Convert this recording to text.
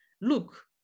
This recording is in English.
look